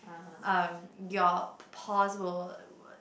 um your pores will would